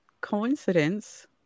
coincidence